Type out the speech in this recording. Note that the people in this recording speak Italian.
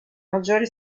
maggiore